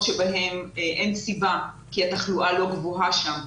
בהם אין סיבה כי התחלואה לא גבוהה שם,